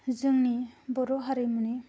जोंनि बर' हारिमुनि